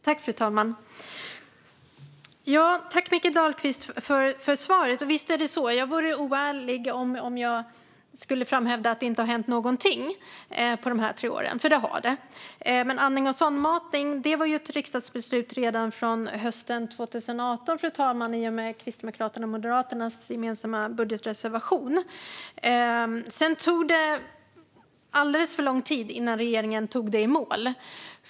Fru talman! Jag tackar Mikael Dahlqvist för svaret. Visst är det så. Jag vore oärlig om jag framhärdade i att det inte har hänt någonting på de tre åren. Det har det. När det gäller andning och sondmatning fanns ett beslut redan från hösten 2018 i och med Kristdemokraternas och Moderaternas gemensamma budgetreservation. Sedan tog det alldeles för lång tid innan regeringen tog frågan i mål.